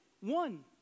One